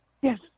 Yes